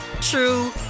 true